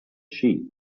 sheep